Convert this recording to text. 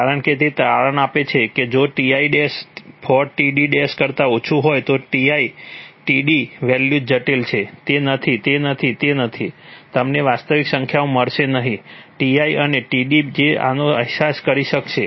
કારણ કે તે તારણ આપે છે કે જો Ti 4Td કરતા ઓછું હોય તો Ti Td વેલ્યુઝ જટિલ છે તે નથી તે નથી તે નથી તમને વાસ્તવિક સંખ્યાઓ મળશે નહીં Ti અને Td જે આનો અહેસાસ કરી શકશે